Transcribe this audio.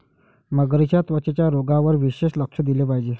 मगरींच्या त्वचेच्या रोगांवर विशेष लक्ष दिले पाहिजे